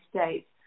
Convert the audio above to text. States